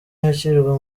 yakirwa